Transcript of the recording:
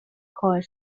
court